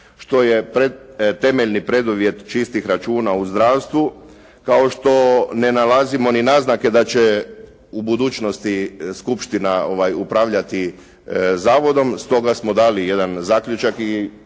što je temeljni preduvjet čistih računa u zdravstvu kao što ne nalazimo ni naznake da će u budućnosti skupština upravljati zavodom. Stoga smo dali jedan zaključak i